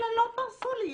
שמלכתחילה לא פרסו לי,